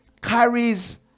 Carries